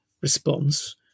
response